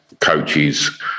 coaches